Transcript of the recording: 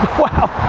wow.